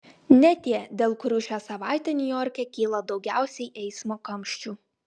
ne tie dėl kurių šią savaitę niujorke kyla daugiausiai eismo kamščių